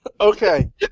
Okay